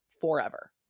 forever